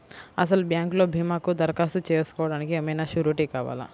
అసలు బ్యాంక్లో భీమాకు దరఖాస్తు చేసుకోవడానికి ఏమయినా సూరీటీ కావాలా?